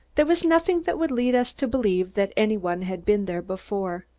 there was nothing that would lead us to believe that any one had been there before.